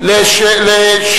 אנחנו במס'